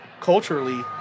culturally